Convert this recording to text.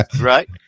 Right